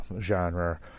genre